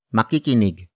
Makikinig